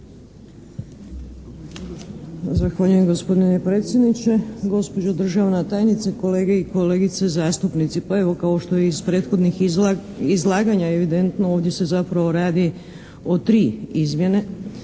Zahvaljujem gospodine predsjedniče. Gospođo državna tajnice, kolege i kolegice zastupnici, pa evo kao što je iz prethodnih izlaganja evidentno ovdje se zapravo radi o tri izmjene